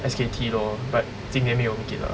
S K T lor but 今年没有给 lah